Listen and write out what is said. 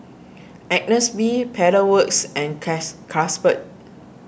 Agnes B Pedal Works and case Carlsberg